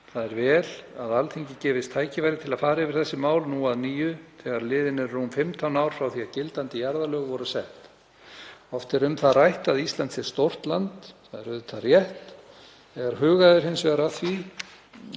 Það er vel að Alþingi gefist nú tækifæri til að fara yfir þessi mál að nýju þegar liðin eru rúm 15 ár frá því að gildandi jarðalög voru sett. Oft er um það rætt að Ísland sé stórt land. Það er rétt en þegar hugað er að því